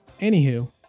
Anywho